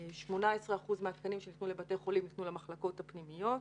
18% מהתקנים שניתנו לבתי חולים ניתנו למחלקות הפנימיות.